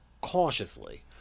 cautiously